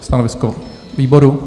Stanovisko výboru?